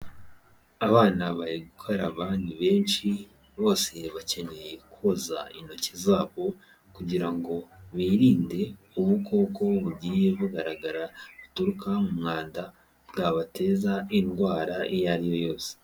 Abana bari gukaraba ni benshi, bose bakeneye koza intoki zabo kugira ngo birinde ubukoko bugiye bugaragara buturuka mu mwanda bwabateza indwara iyo ari yo yose.